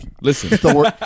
listen